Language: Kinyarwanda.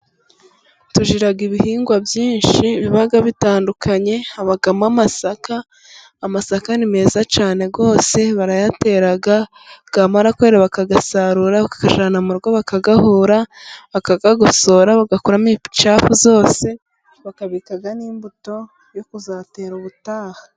Tugira ibihingwa byinshi biba bitandukanye habamo amasaka. Amasaka ni meza cyane rwose barayatera yamara kwera bakayasarura bakayajyana mu rugo bakayahura, bakayagosora, bagakuramo imicafu yose bakabika n'imbuto yo kuzatera ubutaha.